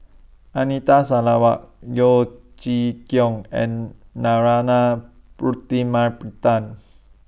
Anita Sarawak Yeo Chee Kiong and Narana